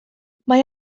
mae